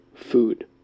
Food